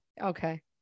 Okay